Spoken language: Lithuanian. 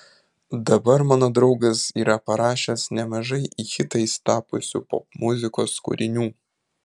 dabar mano draugas yra parašęs nemažai hitais tapusių popmuzikos kūrinių